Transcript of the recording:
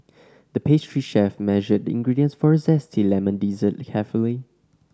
the pastry chef measured the ingredients for a zesty lemon dessert carefully